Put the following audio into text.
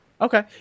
okay